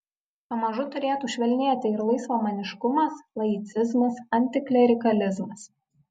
pamažu turėtų švelnėti ir laisvamaniškumas laicizmas antiklerikalizmas